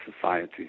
society